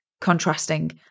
contrasting